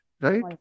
right